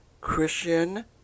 Christian